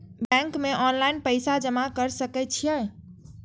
Bank में online पैसा जमा कर सके छीये?